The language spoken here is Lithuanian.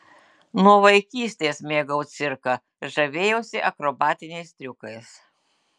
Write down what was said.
nuo vaikystės mėgau cirką žavėjausi akrobatiniais triukais